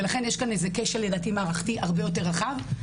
ולכן, יש כן איזה כשל מערכתי הרבה יותר רחב.